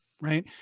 Right